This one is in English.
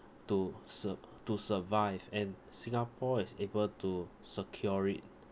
to sur~ to survive and singapore is able to secure it